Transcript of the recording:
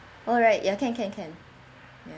alright ya can can can